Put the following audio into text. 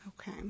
Okay